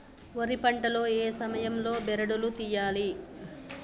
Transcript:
వరి పంట లో ఏ సమయం లో బెరడు లు తియ్యాలి?